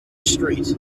street